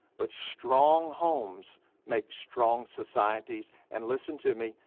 but strong homes make strong societies, and listen to me,